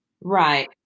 Right